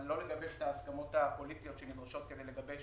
אבל לא לגבש הסכמות פוליטיות שנדרשות כדי לגבש